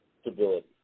stability